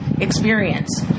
experience